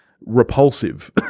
repulsive